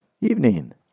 Evening